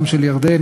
גם של ירדן,